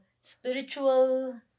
spiritual